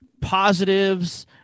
positives